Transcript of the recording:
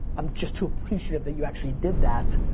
i'm just too appreciative that you actually did that.